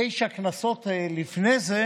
תשע כנסות לפני זה